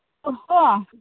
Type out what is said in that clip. ꯀꯣ